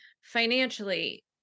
financially